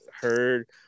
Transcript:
heard